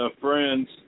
friends